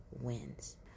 wins